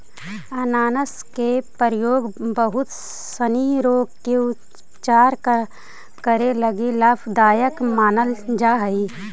अनानास के प्रयोग बहुत सनी रोग के उपचार करे लगी लाभदायक मानल जा हई